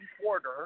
quarter